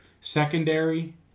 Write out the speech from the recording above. Secondary